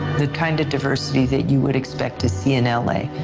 the kind of diversity that you would expect to see in ah la,